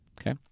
okay